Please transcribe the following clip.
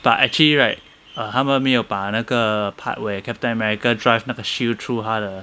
but actually right err 他们没有把那个 part where err captain america drive 那个 shield through 他的